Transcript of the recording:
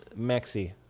maxi